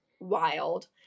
wild